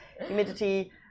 Humidity